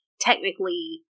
technically